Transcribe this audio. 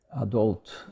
adult